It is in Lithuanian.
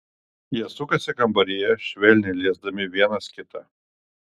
jie sukasi kambaryje švelniai liesdami vienas kitą